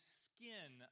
skin